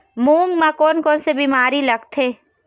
मूंग म कोन कोन से बीमारी लगथे?